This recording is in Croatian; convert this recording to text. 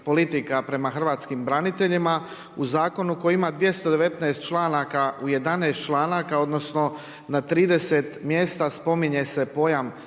hrvatskim braniteljima u zakonu koji ima 219 članaka, u 11 članaka odnosno na 30 mjesta spominje se pojam